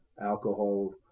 alcohol